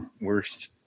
Worst